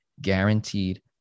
guaranteed